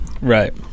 Right